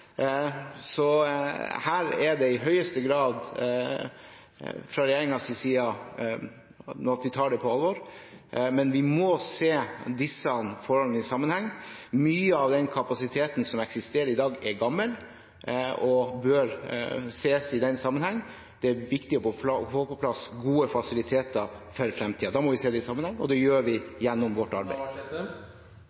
tar på alvor, men vi må se disse forholdene i sammenheng. Mye av kapasiteten som eksisterer i dag, er gammel og bør ses i den sammenheng. Det er viktig å få på plass gode fasiliteter for fremtiden. Da må vi se det i sammenheng, og det gjør vi